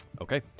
Okay